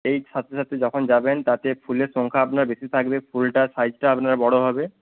এই সাথে সাথে যখন যাবেন তাতে ফুলের সংখ্যা আপনার বেশি থাকবে ফুলটার সাইজটা আপনার বড় হবে